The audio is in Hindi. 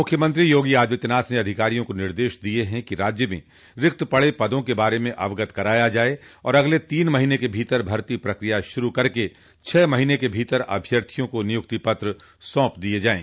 मुख्यमंत्री योगी आदित्यनाथ ने अधिकारियों को निर्देश दिया है कि राज्य में रिक्त पड़े पदों के बारे में अवगत कराया जाये और अगले तीन महीने के भीतर भर्ती प्रक्रिया शुरू करके छह महीने के भीतर अभ्यर्थियों को नियुक्ति पत्र सौंप दिये जाये